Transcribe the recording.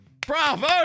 Bravo